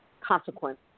consequence